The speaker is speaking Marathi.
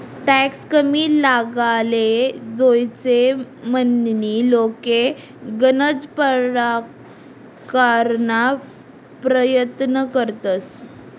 टॅक्स कमी लागाले जोयजे म्हनीन लोके गनज परकारना परयत्न करतंस